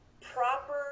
proper